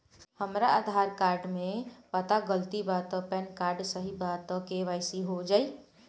हमरा आधार कार्ड मे पता गलती बा त पैन कार्ड सही बा त के.वाइ.सी हो जायी?